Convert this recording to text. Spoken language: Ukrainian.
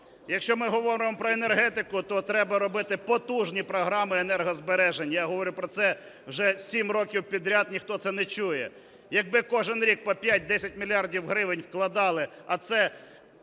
Якщо ми говоримо про енергетику, то треба робити потужні програми енергозбереження. Я говорю про це вже 7 років підряд, ніхто це не чує. Якби кожен рік по 5-10 мільярдів гривень вкладали, а це